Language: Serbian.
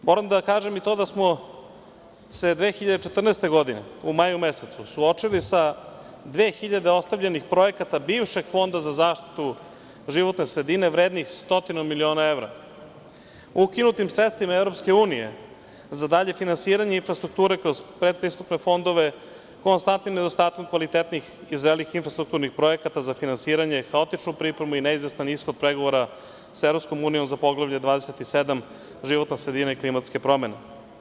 Moram da kažem i to da smo se 2014. godine, u maju mesecu, suočili sa 2.000 ostavljenih projekata bivšeg fonda za zaštitu životne sredine vrednih stotinu miliona evra, ukinutim sredstvima EU za dalje finansiranje infrastrukture kroz predpristupne fondove, konstantnim nedostatkom kvalitetnih i zrelih infrastrukturnih projekata za finansiranje, haotičnu pripremu i neizvestan ishod pregovora sa EU za Poglavlje 27 – životna sredina i klimatske promene.